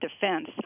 defense